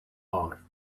bar